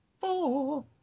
Four